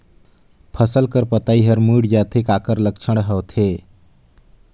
फसल कर पतइ हर मुड़ जाथे काकर लक्षण होथे?